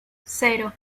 cero